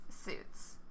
suits